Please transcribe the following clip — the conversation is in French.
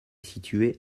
située